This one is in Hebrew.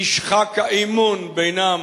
נשחק האמון בינם